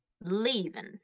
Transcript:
leaving